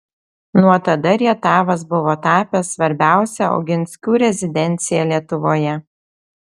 nuo tada rietavas buvo tapęs svarbiausia oginskių rezidencija lietuvoje